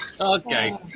Okay